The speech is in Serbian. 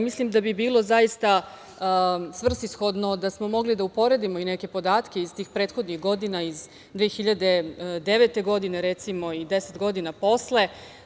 Mislim da bi bilo zaista svrsishodno da smo mogli da uporedimo i neke podatke iz tih prethodnih godina, iz 2009. godine, recimo, i 10 godina posle.